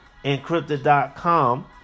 encrypted.com